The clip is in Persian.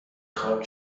خواهم